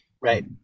Right